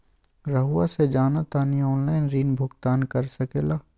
रहुआ से जाना तानी ऑनलाइन ऋण भुगतान कर सके ला?